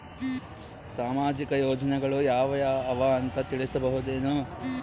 ಸಾಮಾಜಿಕ ಯೋಜನೆಗಳು ಯಾವ ಅವ ಅಂತ ತಿಳಸಬಹುದೇನು?